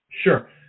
Sure